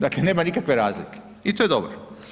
Dakle nema nikakve razlike i to je dobro.